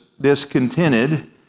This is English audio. discontented